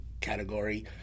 category